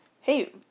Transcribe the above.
Hey